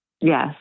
Yes